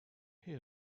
hear